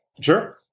Sure